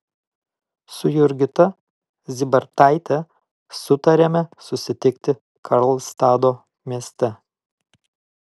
su jurgita zybartaite sutarėme susitikti karlstado mieste